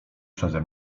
przeze